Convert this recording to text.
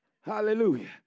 Hallelujah